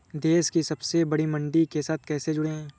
देश की सबसे बड़ी मंडी के साथ कैसे जुड़ें?